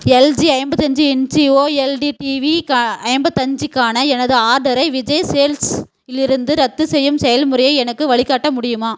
LG ஐம்பத்தஞ்சு inch OLED TV ஐம்பத்தஞ்சுக்கான எனது ஆர்டரை விஜய் சேல்ஸிலிருந்து ரத்து செய்யும் செயல்முறையை எனக்கு வழிகாட்ட முடியுமா